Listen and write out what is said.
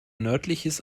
nördliches